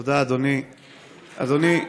תודה, אדוני.